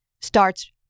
starts